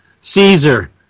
Caesar